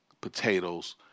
potatoes